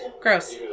gross